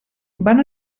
van